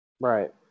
right